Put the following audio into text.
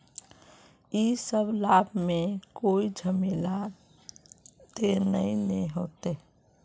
इ सब लाभ में कोई झमेला ते नय ने होते?